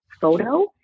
photo